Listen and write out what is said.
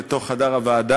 לתוך חדר הוועדה,